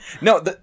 no